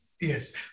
yes